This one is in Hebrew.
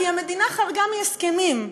כי המדינה חרגה מהסכמים.